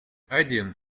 один